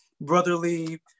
brotherly